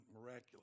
miraculous